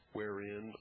wherein